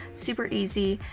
super easy.